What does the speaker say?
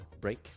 break